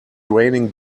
raining